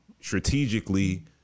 strategically